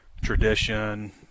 tradition